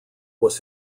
was